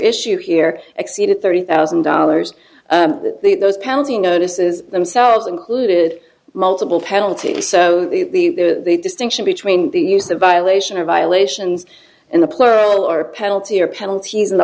issued here exceeded thirty thousand dollars those penalty notices themselves included multiple penalties so the distinction between the use the violation of violations and the plural or penalty or penalties in the